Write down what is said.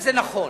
זה נכון.